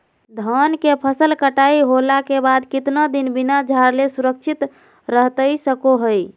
धान के फसल कटाई होला के बाद कितना दिन बिना झाड़ले सुरक्षित रहतई सको हय?